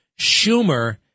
Schumer